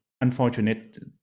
unfortunate